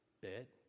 bit